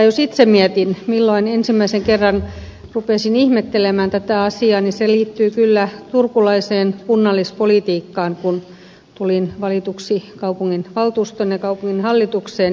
jos itse mietin milloin ensimmäisen kerran rupesin ihmettelemään tätä asiaa niin se liittyy kyllä turkulaiseen kunnallispolitiikkaan kun tulin valituksi kaupunginvaltuustoon ja kaupunginhallitukseen